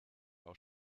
auch